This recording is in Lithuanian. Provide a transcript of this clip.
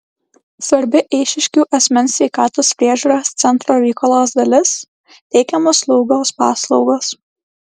svarbi eišiškių asmens sveikatos priežiūros centro veiklos dalis teikiamos slaugos paslaugos